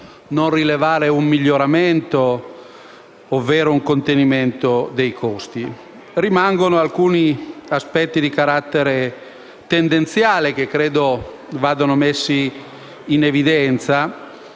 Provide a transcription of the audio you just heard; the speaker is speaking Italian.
non rilevare un miglioramento, ovvero un contenimento dei costi; rimangono però alcuni aspetti di carattere tendenziale che credo vadano messi in evidenza.